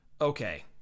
Okay